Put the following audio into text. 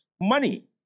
money